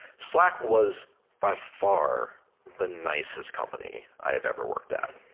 slack was by far the nicest company i have ever worked at.